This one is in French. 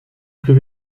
plus